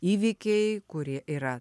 įvykiai kurie yra